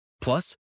Plus